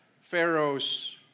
Pharaoh's